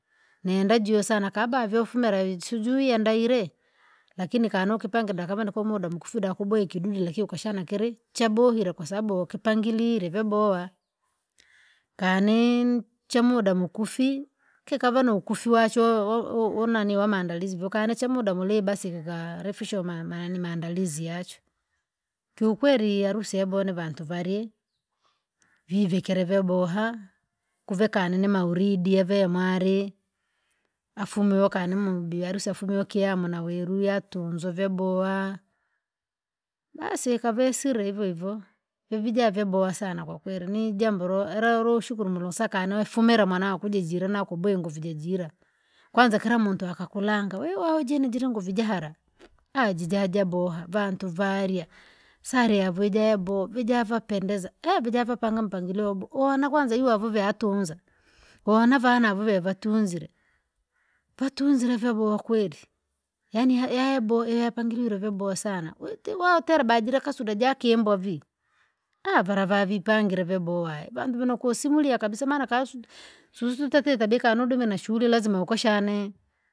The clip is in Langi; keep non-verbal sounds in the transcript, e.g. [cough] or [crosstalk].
Nenda juu sana kaba vufumela sijui andairee, lakini kano kupange daka vantu ku muda mfuda mubweke kidulile cha buvile kwasababu kipangilile ve boha. Cha muda mkufi keka vanu kufuacho unani wa maandalizi vukaniche muda mlee basi vafisho maandalizi yacho. Kiukweli harusi ya bwana vanti vale. Vivekere ve boha kuvekane namahuridi eve mare afumue ukani mudi arusi afumuekia mnaweruya tumzoveboha. Basi kavesire ivovo, ivija veboha sana kwakweli, nijambo raromshukuru mulungu sekano fumera mwanako kukujira nakubwengu vijajira. Kwamza kila muntu akakulanga wee ooji nivijilangu kujehala. Aji jaja boha vantu varia, sare yavujabo, vijavapendeza, [unintelligible] vijavapanga mpangilio huona kwanza uhovavu atunza. Hunavana huwa vatunzire. Vatunzire vaboha kweli, yaani ya- yabo pangilio ya boha sana. Witi wotera baji kasura aki baji wakimbovi. Aha vanavipangile veboha, vantu vakusimilia kabisa mana ka- su- su tateta beka tudume na shule lazima ukashanee.